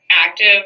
active